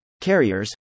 carriers